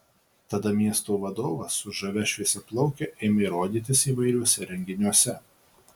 tada miesto vadovas su žavia šviesiaplauke ėmė rodytis įvairiuose renginiuose